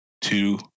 two